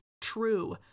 true